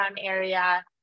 area